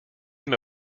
him